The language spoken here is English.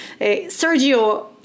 sergio